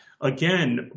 again